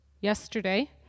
yesterday